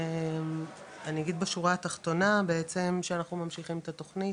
אני אגיד בשורה התחתונה בעצם שאנחנו ממשיכים את התוכנית,